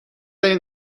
این